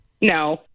No